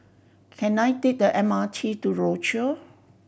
can I take the M R T to Rochor